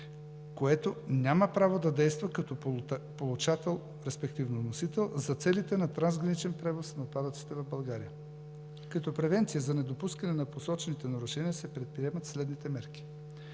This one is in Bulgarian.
което няма право да действа като получател, респективно вносител, за целите на трансграничен превоз на отпадъците в България. Като превенция за недопускане на посочените нарушения се предприемат следните мерки: